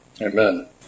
Amen